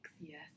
Yes